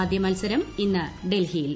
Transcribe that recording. ആദ്യമത്സരം ഇന്ന് ഡൽഹിയിൽ